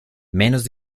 menos